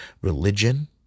religion